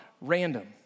random